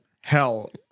hell